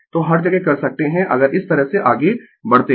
तो हर जगह कर सकते है अगर इस तरह से आगें बढ़ते है